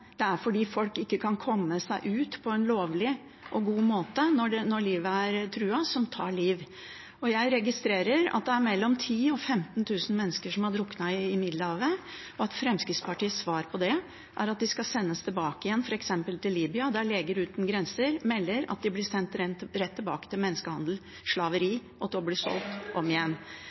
Det er det at folk ikke kan komme seg ut på en lovlig og god måte når livet er truet, som tar liv. Jeg registrerer at det er 10 000–15 000 mennesker som har druknet i Middelhavet, og at Fremskrittspartiets svar på det er at de skal sendes tilbake igjen til f.eks. Libya, der Leger Uten Grenser melder at man blir sendt rett tilbake til menneskehandel og slaveri – og til å bli solgt om igjen.